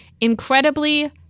Incredibly